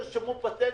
אם לא ירשמו פטנטים,